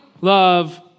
love